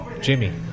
Jimmy